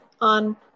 on